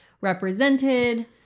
represented